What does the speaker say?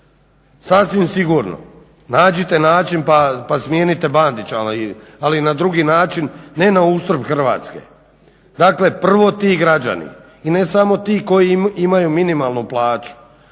sasvim sigurno. Nađite način pa smijenite Bandića, ali na drugi način, ne na uštrb Hrvatske. Dakle prvo ti građani i ne samo ti koji imaju minimalnu plaću